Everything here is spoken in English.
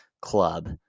club